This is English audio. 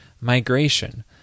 migration